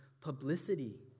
publicity